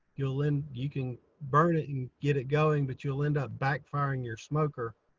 you'll end, you can burn it and get it going. but you'll end up backburning your smoker